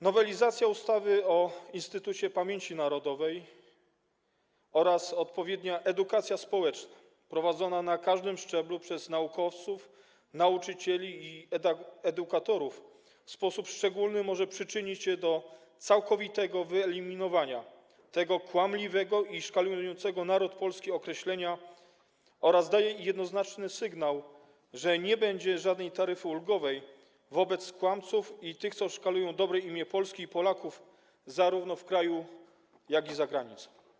Nowelizacja ustawy o Instytucie Pamięci Narodowej oraz odpowiednia edukacja społeczna, prowadzona na każdym szczeblu przez naukowców, nauczycieli i edukatorów w sposób szczególny może przyczynić się do całkowitego wyeliminowania tego kłamliwego i szkalującego naród polski określenia oraz daje jednoznaczny sygnał, że nie będzie żadnej taryfy ulgowej wobec kłamców i tych, co szkalują dobre imię Polski i Polaków zarówno w kraju, jak i za granicą.